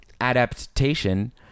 adaptation